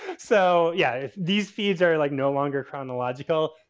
so yeah, if these feeds are like no longer chronological,